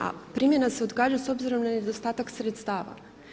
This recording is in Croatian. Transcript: A primjena se odgađa s obzirom na nedostatak sredstava.